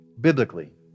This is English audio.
biblically